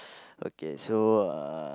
okay so uh